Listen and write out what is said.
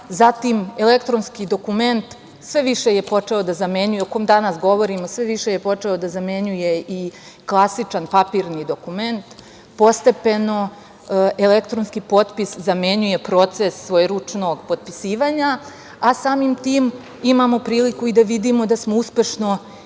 Zatim, elektronski dokument o kom danas govorimo sve više je počeo da zamenjuje i klasičan papirni dokument. Postepeno, elektronski potpis zamenjuje proces svojeručnog potpisivanja, a samim tim imamo priliku i da vidimo da smo uspešno na